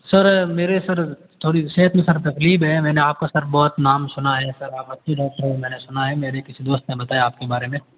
sir मेरे sir थोड़ी सेहत में सर तकलीफ़ है मैंने आपका सर बहुत नाम सुना है सर आप अच्छे डॉक्टर हैं मैंने सुना है मेरे किसी दोस्त ने बताया आपके बारे में